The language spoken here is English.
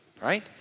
Right